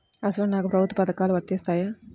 అసలు నాకు ప్రభుత్వ పథకాలు వర్తిస్తాయా?